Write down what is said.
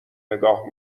نگاه